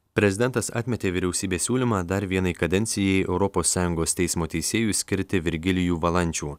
prezidentas atmetė vyriausybės siūlymą dar vienai kadencijai europos sąjungos teismo teisėju skirti virgilijų valančių